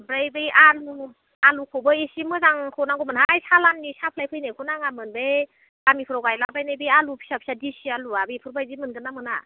ओमफ्राय बै आलु आलुखौबो एसे मोजांखौ नांगौमोनहाय सालाननि साप्लाय फैनायखौ नाङामोन बै गामिफोराव गायलाबायनाय बे आलु फिसा फिसा दिसि आलुआ बेफोरबायदि मोनगोन ना मोना